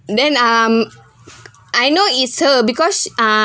and then um I know it's her because sh~ uh